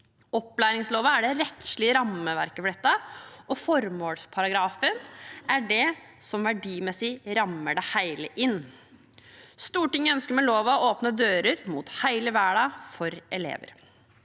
Opplæringsloven er det rettslige rammeverket for dette, og formålsparagrafen er det som verdimessig rammer det hele inn. Stortinget ønsker med loven å åpne dører mot hele verden for elever.